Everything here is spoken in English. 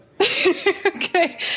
Okay